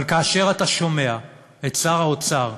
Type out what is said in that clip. אבל כאשר אתה שומע את שר האוצר,